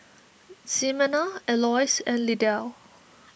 Ximena Elois and Lydell